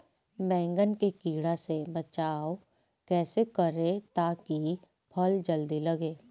बैंगन के कीड़ा से बचाव कैसे करे ता की फल जल्दी लगे?